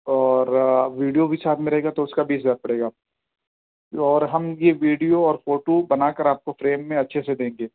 اور ویڈیو بھی ساتھ میں رہے گا تو اس کا بیس ہزار پڑے گا آپ کو اور ہم یہ ویڈیو اور فوٹو بنا کر آپ کو فریم میں اچھے سے دیں گے